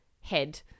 head